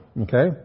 okay